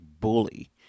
bully